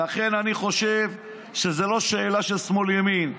לכן, אני חושב שזו לא שאלה של שמאל ימין.